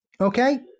okay